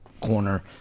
corner